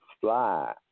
fly